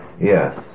Yes